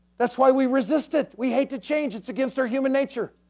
that's why we resist it, we hate to change, it's against our human nature.